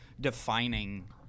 defining